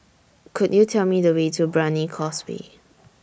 Could YOU Tell Me The Way to Brani Causeway